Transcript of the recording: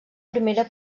primera